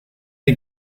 die